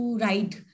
write